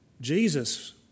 Jesus